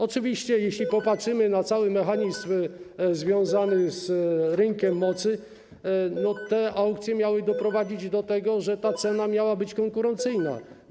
Oczywiście jeśli popatrzymy na cały mechanizm związany z rynkiem mocy, to zauważymy, że aukcje miały doprowadzić do tego, że ta cena miała być konkurencyjna.